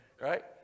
right